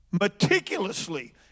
meticulously